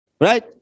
right